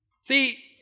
See